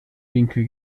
winkel